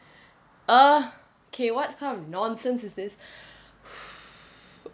ugh K what kind of nonsense is this